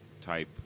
type